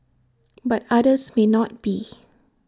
but others may not be